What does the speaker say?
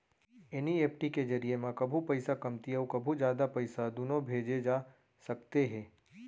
NEFT के जरिए म कभू पइसा कमती अउ कभू जादा पइसा दुनों भेजे जा सकते हे